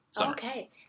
Okay